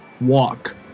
walk